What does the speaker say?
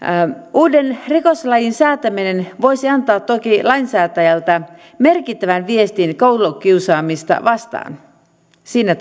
uuden rikoslain säätäminen voisi antaa toki lainsäätäjältä merkittävän viestin koulukiusaamista vastaan siinä